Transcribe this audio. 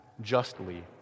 justly